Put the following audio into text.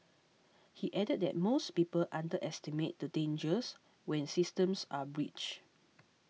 he added that most people underestimate the dangers when systems are breached